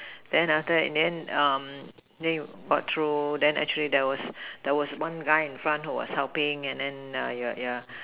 then after that in the end then you got through then actually there was there was one guy in front who was helping and then yeah